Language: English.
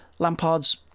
Lampard's